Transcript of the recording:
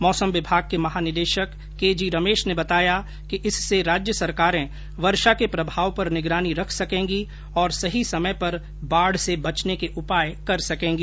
मौसम विभाग के महानिदेशक केजी रमेश ने बताया कि इससे राज्य सरकारें वर्षा के प्रभाव पर निगरानी रख सकेंगी और सही समय पर बाढ से बचने के उपाय कर सकेंगी